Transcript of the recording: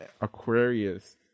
Aquarius